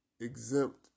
exempt